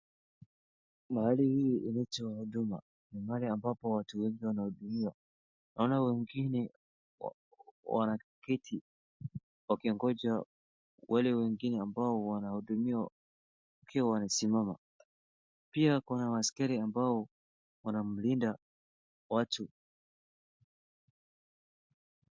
Mahali hii inaitwa Huduma, ni mahali ambapo watu wengi wanahudumiwa, naona wengine wanaketi wakingonja wale wengine ambao wanahudumiwa wakiwa wamesimama, pia kuna askari ambao wanamlinda watu.